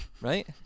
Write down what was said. right